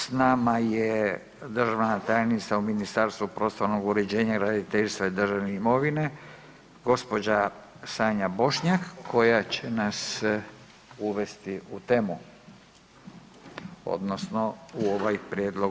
S nama je državna tajnica u Ministarstvu prostornog uređenja, graditeljstva i državne imovine, gospođa Sanja Bošnjak koja će nas uvesti u temu odnosno u ovaj prijedlog